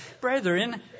Brethren